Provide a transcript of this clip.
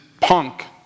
punk